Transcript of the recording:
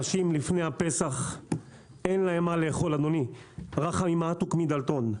אנשים לפני הפסח אין להם מה לאכול: רחמים מעתוק מדלתון,